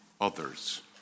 others